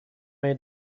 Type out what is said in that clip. may